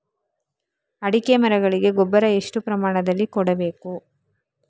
ಅಡಿಕೆ ಮರಗಳಿಗೆ ಗೊಬ್ಬರ ಎಷ್ಟು ಪ್ರಮಾಣದಲ್ಲಿ ಕೊಡಬೇಕು?